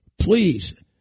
Please